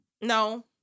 No